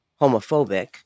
homophobic